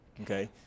Okay